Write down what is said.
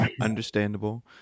understandable